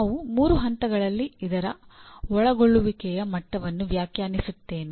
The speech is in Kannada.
ನಾವು ಮೂರು ಹಂತಗಳಲ್ಲಿಇದರ ಒಳಗೊಳ್ಳುವಿಕೆಯ ಮಟ್ಟವನ್ನು ವ್ಯಾಖ್ಯಾನಿಸುತ್ತೇವೆ